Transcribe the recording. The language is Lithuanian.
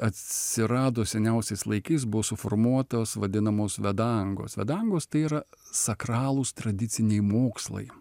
atsirado seniausiais laikais buvo suformuotos vadinamos vedangos vedangos tai yra sakralūs tradiciniai mokslai